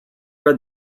read